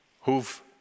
who've